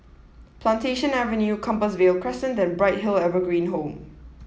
Plantation Avenue Compassvale Crescent and Bright Hill Evergreen Home